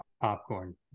popcorn